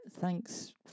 thanks